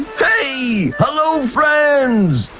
hey, hello friends!